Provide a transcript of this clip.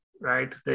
right